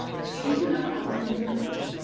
strangely enough, all the hands are men.